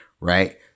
Right